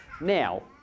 now